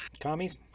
commies